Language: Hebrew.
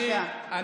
מכחיש קורונה.